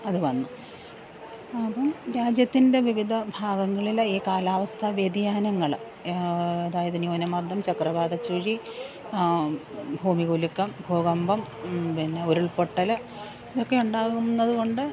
അത് വന്നു അപ്പം രാജ്യത്തിന്റെ വിവിധ ഭാഗങ്ങളിൽ ഈ കാലാവസ്ഥ വ്യതിയാനങ്ങൾ അതായത് ന്യൂനമര്ദ്ദം ചക്രവാതച്ചുഴി ഭൂമികുലുക്കം ഭൂകമ്പം പിന്നെ ഉരുള്പൊട്ടൽ ഇതെക്കെ ഉണ്ടാവുന്നതുകൊണ്ട്